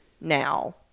now